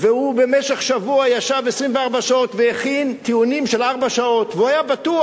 לא נתבע, אלא יושב שם ומסתכל.